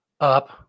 up